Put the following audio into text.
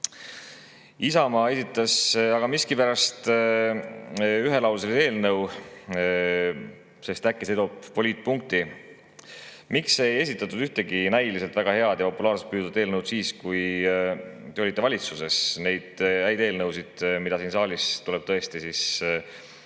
esitas aga miskipärast ühelauselise eelnõu, sest äkki see toob poliitpunkti. Miks ei esitatud ühtegi näiliselt väga head ja populaarsust püüdvat eelnõu siis, kui te olite valitsuses? Neid häid eelnõusid, mida siin saalis tuleb tõesti maha hääletada